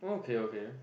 okay okay